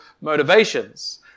motivations